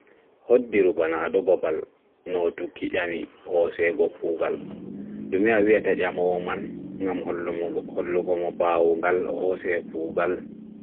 Hoɗɗiru bana aɗo ɓaɓal nootuki yaami hosego kuugam ɗume awiata yamowo man ngam hollugo baawungal ohose kuugal